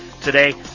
Today